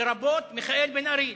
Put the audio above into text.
לרבות מיכאל בן-ארי,